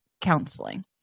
counseling